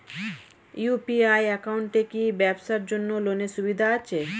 UPI একাউন্টে কি ব্যবসার জন্য লোনের সুবিধা আছে?